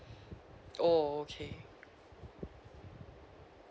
oh okay